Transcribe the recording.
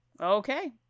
Okay